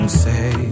say